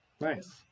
nice